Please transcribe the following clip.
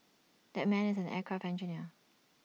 that man is an aircraft engineer